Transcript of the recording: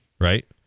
right